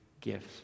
gifts